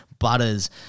Butters